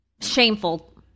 shameful